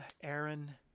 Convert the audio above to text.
Aaron